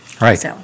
Right